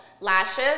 Lashes